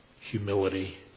Humility